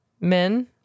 men